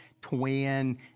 twin